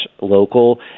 Local